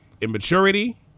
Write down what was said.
immaturity